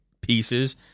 pieces